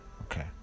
okay